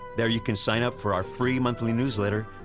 there, you can sign up for our free monthly newsletter,